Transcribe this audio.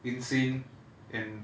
insane and